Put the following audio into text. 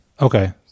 Okay